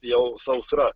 jau sausra